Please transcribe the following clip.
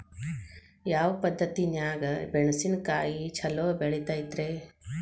ಯಾವ ಪದ್ಧತಿನ್ಯಾಗ ಮೆಣಿಸಿನಕಾಯಿ ಛಲೋ ಬೆಳಿತೈತ್ರೇ?